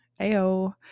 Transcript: Ayo